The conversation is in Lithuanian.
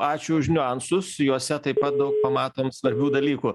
ačiū už niuansus juose taip pat daug pamatom svarbių dalykų